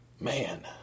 man